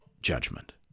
judgment